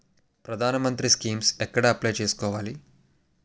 ప్రధాన మంత్రి స్కీమ్స్ ఎక్కడ అప్లయ్ చేసుకోవాలి?